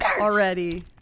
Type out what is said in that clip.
already